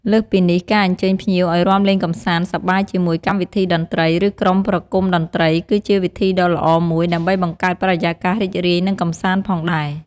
លើសពីនេះ ការអញ្ជើញភ្ញៀវឲ្យរាំលេងកម្សាន្តសប្បាយជាមួយកម្មវិធីតន្ត្រី ឬក្រុមប្រគុំតន្ត្រី គឺជាវិធីដ៏ល្អមួយ ដើម្បីបង្កើតបរិយាកាសរីករាយ និងកម្សាន្តផងដែរ។